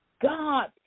God